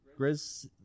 Grizz